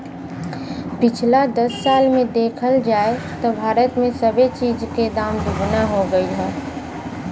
पिछला दस साल मे देखल जाए त भारत मे सबे चीज के दाम दुगना हो गएल हौ